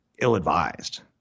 ill-advised